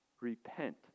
repent